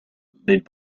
led